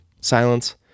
Silence